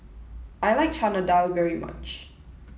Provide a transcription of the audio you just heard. I like Chana Dal very much